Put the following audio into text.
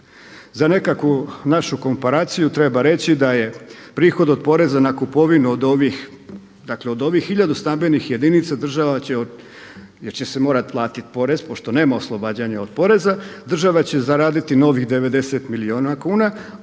Za nekakvu našu komparaciju treba reći da je prihod od poreza na kupovinu od ovih tisuću stambenih jedinica država će jer će se morati platiti porez pošto nema oslobađanja od poreza, država će zaraditi novih 90 milijuna kuna,